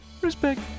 respect